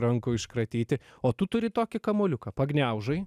rankų iškratyti o tu turi tokį kamuoliuką pagniaužai